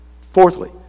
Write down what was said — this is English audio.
Fourthly